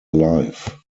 life